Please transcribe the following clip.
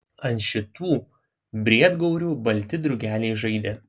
ant šitų briedgaurių balti drugeliai žaidė